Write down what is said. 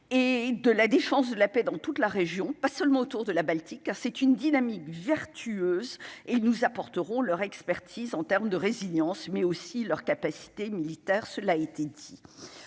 et de la défense de la paix dans toute la région, pas seulement autour de la Baltique ah c'est une dynamique vertueuse et ils nous apporteront leur expertise en termes de résilience, mais aussi leurs capacités militaires, cela a été dit